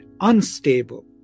unstable